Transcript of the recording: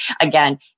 again